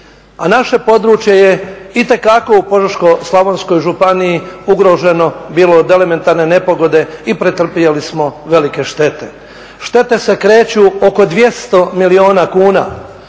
a naše područje je itekako u Požeško-slavonskoj županiji ugroženo bilo od elementarne nepogode i pretrpili smo velike štete. Štete se kreću oko 200 milijuna kuna,